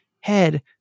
head